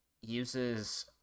uses